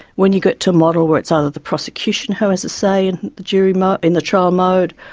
when you get to a model where it's either the prosecution who has a say in the jury mode. in the trial mode,